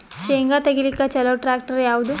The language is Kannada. ಶೇಂಗಾ ತೆಗಿಲಿಕ್ಕ ಚಲೋ ಟ್ಯಾಕ್ಟರಿ ಯಾವಾದು?